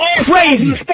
crazy